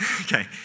Okay